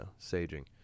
Saging